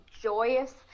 joyous